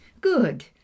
good